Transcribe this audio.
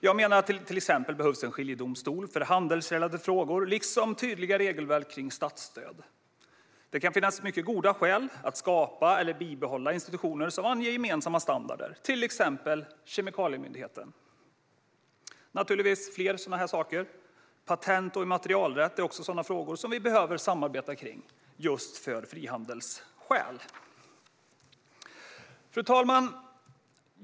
Jag menar att det exempelvis behövs en skiljedomstol för handelsrelaterade frågor liksom tydliga regelverk för statsstöd. Det kan finnas mycket goda skäl till att skapa eller bibehålla institutioner som anger gemensamma standarder, till exempel kemikaliemyndigheten. Naturligtvis finns det fler sådana här saker. Patent och immaterialrätt är också frågor som vi behöver samarbeta kring av frihandelsskäl. Fru talman!